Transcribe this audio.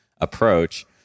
approach